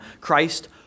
Christ